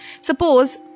suppose